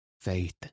Faith